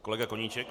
Kolega Koníček.